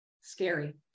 Scary